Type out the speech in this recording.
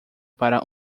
para